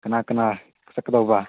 ꯀꯅꯥ ꯀꯅꯥ ꯆꯠꯀꯗꯧꯕ